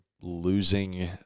losing